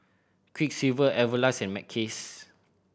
Quiksilver Everlast and Mackays